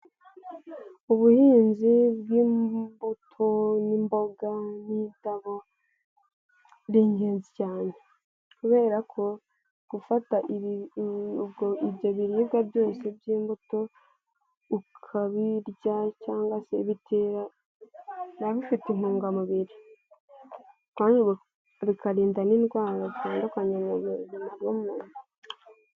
Ubuhinzi bw'imbuto n'imboga n'indabo ni ingenzi cyane. Kubera ko, gufata ibyo biribwa byose by'imbuto ukabirya cyangwa se bitera, biba bifite intungamubiri. Kandi bikarinda n'indwara zitandukanye mu buzima bw'umuntu.